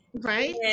Right